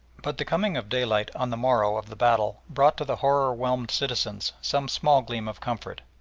but the coming of daylight on the morrow of the battle brought to the horror-whelmed citizens some small gleam of comfort.